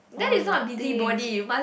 all of that